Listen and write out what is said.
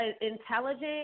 intelligent